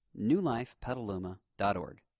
newlifepetaluma.org